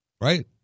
Right